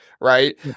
right